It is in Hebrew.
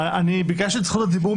ביקשתי את זכות הדיבור,